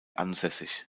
ansässig